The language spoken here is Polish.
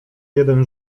jeden